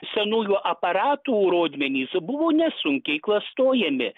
senųjų aparatų rodmenys buvo nesunkiai klastojami